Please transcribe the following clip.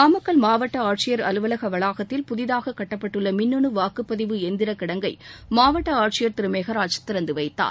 நாமக்கல் மாவட்ட ஆட்சியர் அலுவலக வளாகத்தில் புதிதாக கட்டப்பட்டுள்ள மின்னணு வாக்குப்பதிவு எந்திர கிடங்கை மாவட்ட ஆட்சியர் திரு மெகராஜ் திறந்து வைத்தார்